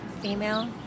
female